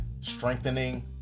strengthening